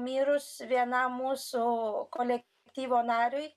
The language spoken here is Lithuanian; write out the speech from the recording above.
mirus vienam mūsų kolektyvo nariui